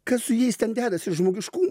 kas su jais ten dedasi žmogiškų